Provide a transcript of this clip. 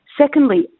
Secondly